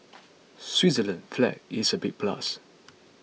Switzerland's flag is a big plus